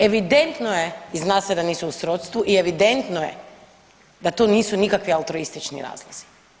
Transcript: Evidentno je i zna se da nisu u srodstvu i evidentno je da tu nisu nikakvi altruistični razlozi.